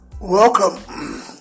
Welcome